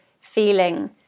feeling